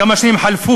כמה שנים חלפו?